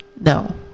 No